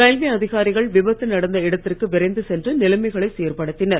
railway அதிகாரிகள் விபத்து நடந்த இடத்திற்கு விரைந்து சென்று நிலைமைகளை சேர்படுத்தினர்